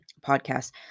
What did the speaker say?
podcast